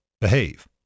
behave